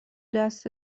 دست